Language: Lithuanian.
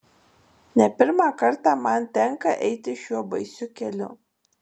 ne pirmą kartą man tenka eiti šiuo baisiu keliu